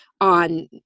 on